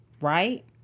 right